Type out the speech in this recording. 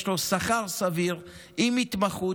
יש לו שכר סביר עם התמחות,